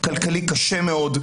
כלכלי קשה מאוד,